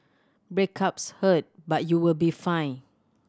breakups hurt but you'll be fine